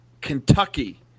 Kentucky